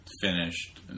finished